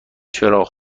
چراغ